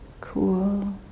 cool